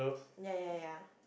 ya ya ya